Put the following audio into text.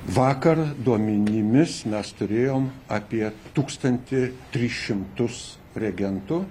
vakar duomenimis mes turėjom apie tūkstantį tris šimtus reagentų